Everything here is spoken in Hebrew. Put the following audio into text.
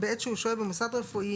בעת שהוא שוהה במוסד רפואי,